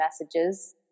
messages